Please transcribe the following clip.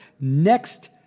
next